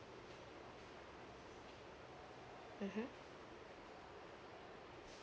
mmhmm